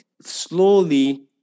slowly